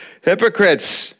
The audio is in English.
Hypocrites